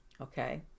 Okay